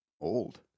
old